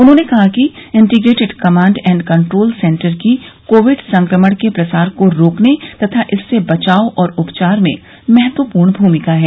उन्होंने कहा कि integrated command and control centre की कोविड संक्रमण के प्रसार को रोकने तथा इससे बचाव और उपचार में महत्वपूर्ण भूमिका है